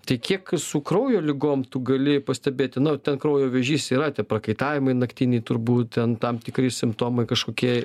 tai kiek su kraujo ligom tu gali pastebėti nu ten kraujo vėžys yra tie prakaitavimai naktiniai turbūt ten tam tikri simptomai kažkokie